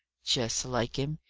just like him.